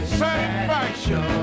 satisfaction